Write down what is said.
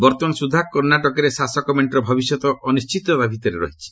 ବର୍ତ୍ତମାନ ସୁଦ୍ଧା କର୍ଷ୍ଣାଟକରେ ଶାସକ ମେଣ୍ଟର ଭବିଷ୍ୟତ ଅନିର୍ଣିତତା ଭିତରେ ରହିଛି